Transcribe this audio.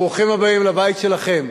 ברוכים הבאים לבית שלכם,